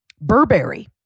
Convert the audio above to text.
Burberry